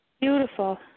beautiful